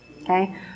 Okay